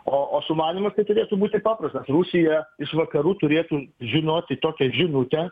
o o sumanymų tai turėtų būti paprasta rusija iš vakarų turėtų žinoti tokią žinutę